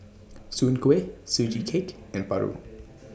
Soon Kuih Sugee Cake and Paru